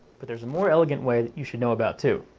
but there's more elegant way that you should know about too.